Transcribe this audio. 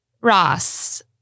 Ross